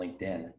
LinkedIn